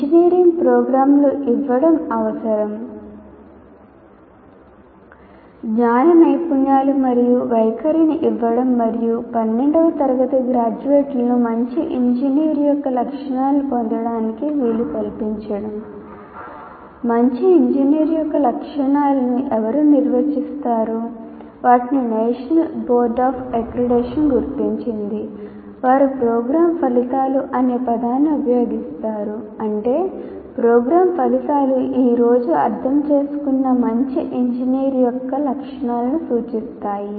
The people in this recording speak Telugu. ఇంజనీరింగ్ ప్రోగ్రామ్లు ఇవ్వడం అవసరం ' అనే పదాన్ని ఉపయోగిస్తారు అంటే ప్రోగ్రామ్ ఫలితాలు ఈ రోజు అర్థం చేసుకున్న మంచి ఇంజనీర్ యొక్క లక్షణాలను సూచిస్తాయి